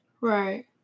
Right